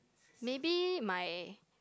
maybe my